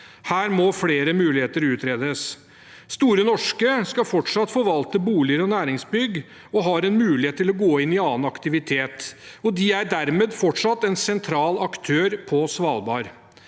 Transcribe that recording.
Her må flere muligheter utredes. Store Norske skal fortsatt forvalte boliger og næringsbygg og har en mulighet til å gå inn i annen aktivitet. De er dermed fortsatt en sentral aktør på Svalbard.